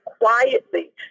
quietly